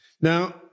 Now